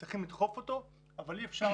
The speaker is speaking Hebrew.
צריך לדחוף אותו אבל אי אפשר